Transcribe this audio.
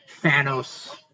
Thanos